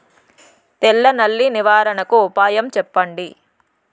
తెల్ల నల్లి నివారణకు ఉపాయం చెప్పండి?